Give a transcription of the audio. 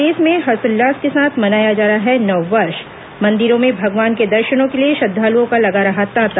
प्रदेश में हर्षोल्लास के साथ मनाया जा रहा है नव वर्ष मंदिरों में भगवान के दर्शनों के लिए श्रद्दालुओं का लगा रहा तांता